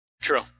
True